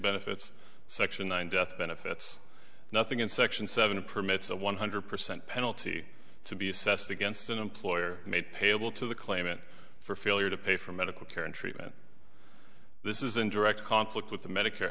benefits section nine death benefits nothing in section seven permits a one hundred percent penalty to be assessed against an employer made payable to the claimant for failure to pay for medical care and treatment this is in direct conflict with the medicare